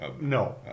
No